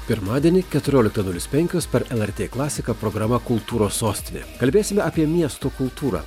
pirmadienį keturioliktą nulis penkios per lrt klasiką programa kultūros sostinė kalbėsime apie miesto kultūrą